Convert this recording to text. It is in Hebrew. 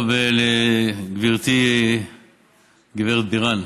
טוב, לגברתי גברת בירן,